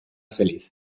feliz